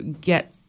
get